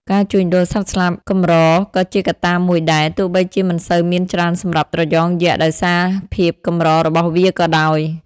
ការជួញដូរសត្វស្លាបកម្រក៏ជាកត្តាមួយដែរ ទោះបីជាមិនសូវមានច្រើនសម្រាប់ត្រយងយក្សដោយសារភាពកម្ររបស់វាក៏ដោយ។